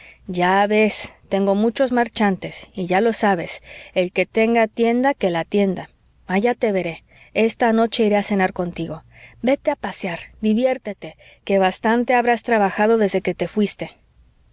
ves tengo muchos marchantes y ya lo sabes el que tenga tienda que la atienda allá te veré esta noche iré a cenar contigo vete a pasear diviértete que bastante habrás trabajado desde que te fuiste